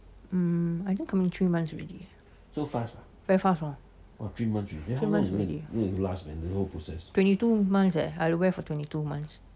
um I think coming three months already eh very fast hor three months already twenty two months eh I have to wear for twenty two months